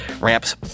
Ramp's